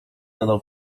nadal